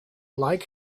like